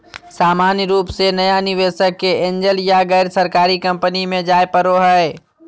सामान्य रूप से नया निवेशक के एंजल या गैरसरकारी कम्पनी मे जाय पड़ो हय